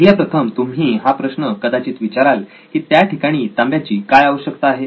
पहिल्या प्रथम तुम्ही हा प्रश्न कदाचित विचाराल की त्या ठिकाणी तांब्याची काय आवश्यकता आहे